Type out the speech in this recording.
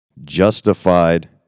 Justified